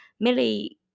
Millie